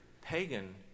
pagan